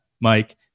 Mike